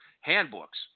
handbooks